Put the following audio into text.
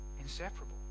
Inseparable